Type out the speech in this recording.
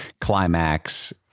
climax